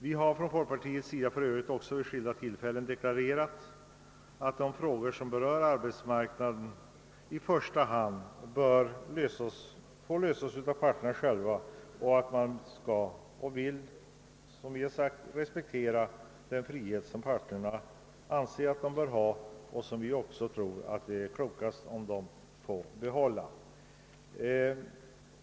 Vi har från folkpartiets sida för övrigt också vid skilda tillfällen deklarerat, att de frågor som berör arbetsmarknadens parter i första hand bör få lösas av parterna själva och att man skall respektera den frihet som parterna an ser att de bör ha och som vi också tycker att det är klokast att de får behålla.